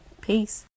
Peace